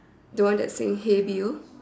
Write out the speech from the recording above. the one that saying hey bill